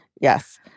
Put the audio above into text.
Yes